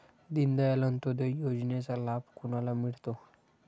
दीनदयाल अंत्योदय योजनेचा लाभ कोणाला मिळतो?